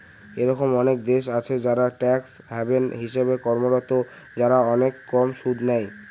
এরকম অনেক দেশ আছে যারা ট্যাক্স হ্যাভেন হিসেবে কর্মরত, যারা অনেক কম সুদ নেয়